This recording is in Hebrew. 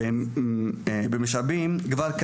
בייחוד בהקצאת משאבים.